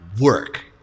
work